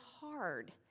hard